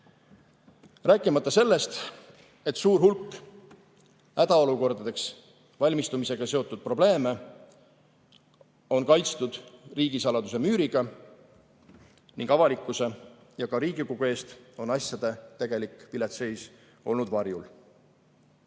Rääkimata sellest, et suur hulk hädaolukordadeks valmistumisega seotud probleeme on kaitstud riigisaladuse müüriga ning avalikkuse ja ka Riigikogu eest on asjade tegelik vilets seis olnud varjul. Paraku